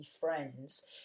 friends